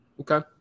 Okay